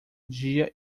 dia